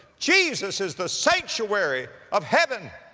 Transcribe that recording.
jesus is the sanctuary of heaven!